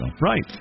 Right